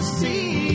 see